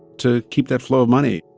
to keep that flow of money